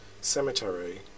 cemetery